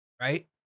right